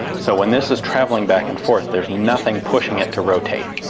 so when this is traveling back and forth there's nothing pushing it to rotate.